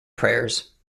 prayers